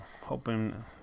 hoping